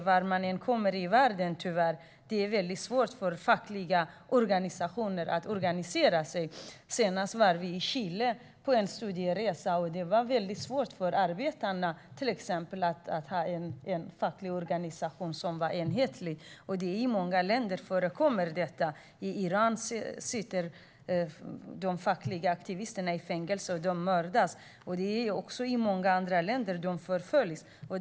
Vart man än kommer i världen är det svårt för fackliga organisationer att organisera sig. Senast var vi i Chile på studieresa. Det är svårt för arbetarna där att få en facklig organisation som är enhetlig, till exempel. Detta förekommer i många länder. I Iran sitter de fackliga aktivisterna i fängelse, och de mördas. Även i många andra länder förföljs de.